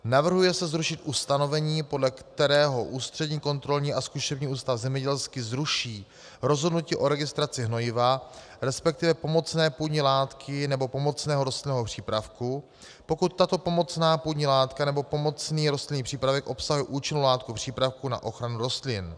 Navrhuje se zrušit ustanovení, podle kterého Ústřední kontrolní a zkušební ústav zemědělský zruší rozhodnutí o registraci hnojiva, resp. pomocné půdní látky nebo pomocného rostlinného přípravku, pokud tato pomocná půdní látka nebo pomocný rostlinný přípravek obsahuje účinnou látku přípravku na ochranu rostlin.